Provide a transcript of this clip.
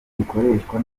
bikoreshwa